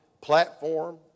platform